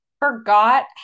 forgot